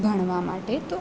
ભણવા માટે તો